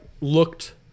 looked